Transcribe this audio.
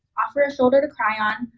offer a shoulder to cry on,